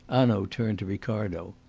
hanaud turned to ricardo.